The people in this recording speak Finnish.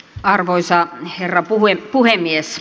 arvoisa herra puhemies